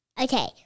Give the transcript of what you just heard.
Okay